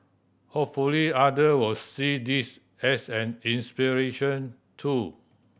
hopefully other will see this as an inspiration too